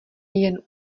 jen